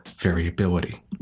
variability